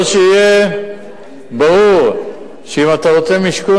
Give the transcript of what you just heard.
או שיהיה ברור שאם אתה רוצה מידע בדבר משכון